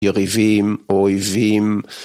יריבים, אויבים